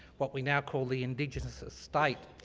what we now call the indigenous estate.